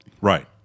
Right